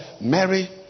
Mary